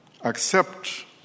Accept